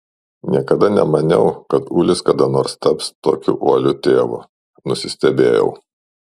niekada nemaniau kad ulis kada nors taps tokiu uoliu tėvu nusistebėjau